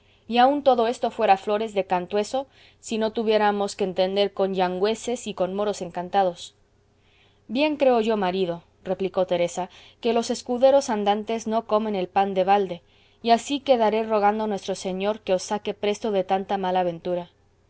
y aun todo esto fuera flores de cantueso si no tuviéramos que entender con yangüeses y con moros encantados bien creo yo marido replicó teresa que los escuderos andantes no comen el pan de balde y así quedaré rogando a nuestro señor os saque presto de tanta mala ventura